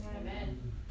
Amen